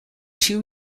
two